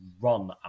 run